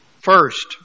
First